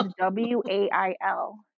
W-A-I-L